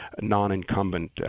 non-incumbent